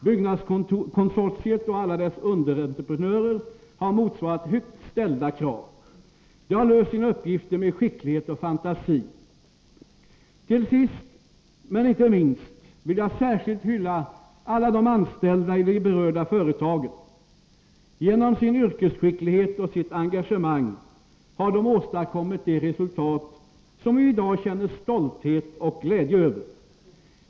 Byggnadskonsortiet och alla dess underentreprenörer har motsvarat högt ställda krav. De har löst sina uppgifter med skicklighet och fantasi. Sist men inte minst vill jag särskilt hylla alla de anställda i de berörda företagen. Genom sin yrkesskicklighet och sitt engagemang har de åstadkommit det resultat som vi i dag känner stolthet och glädje över.